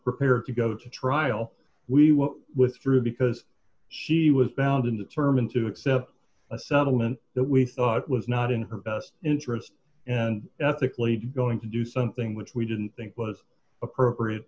prepared to go to trial we withdrew because she was bound and determined to accept a settlement that we thought was not in her best interest and ethically going to do something which we didn't think was appropriate